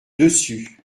dessus